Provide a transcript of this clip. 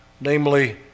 namely